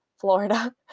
Florida